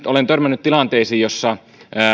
olen törmännyt tilanteisiin joissa